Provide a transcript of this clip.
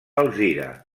alzira